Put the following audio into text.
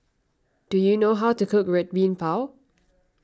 do you know how to cook Red Bean Bao